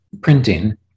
printing